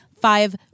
five